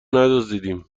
ندزدیدیم